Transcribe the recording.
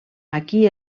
aquí